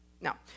Now